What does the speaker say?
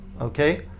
Okay